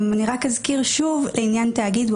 אני רק אזכיר שוב לעניין תאגיד,